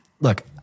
look